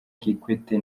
kikwete